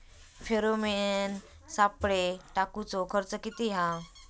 Pheromone सापळे टाकूचो खर्च किती हा?